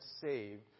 saved